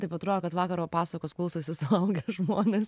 taip atrodo kad vakaro pasakos klausosi suaugę žmonės